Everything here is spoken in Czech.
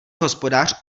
hospodář